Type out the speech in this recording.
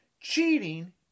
Cheating